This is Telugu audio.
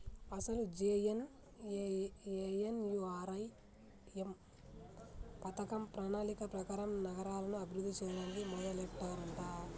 అసలు జె.ఎన్.ఎన్.యు.ఆర్.ఎం పథకం ప్రణాళిక ప్రకారం నగరాలను అభివృద్ధి చేయడానికి మొదలెట్టారంట